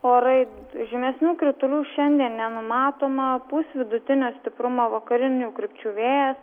orai žymesnių kritulių šiandien nenumatoma pūs vidutinio stiprumo vakarinių krypčių vėjas